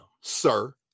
sir